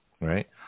Right